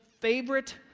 favorite